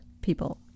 people